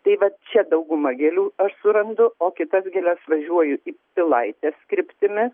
tai vat čia dauguma gėlių aš surandu o kitas gėles važiuoju į pilaitės kryptimi